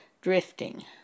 drifting